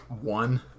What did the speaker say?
one